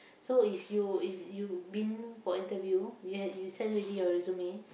so if you if you been for interview you had you send already your resume